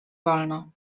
wolno